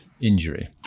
injury